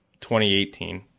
2018